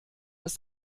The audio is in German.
ist